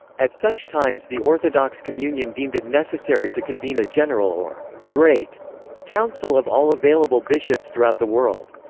at such times the orthodox communion deemed it necessary to convene a general or great council of all available bishops throughout the world.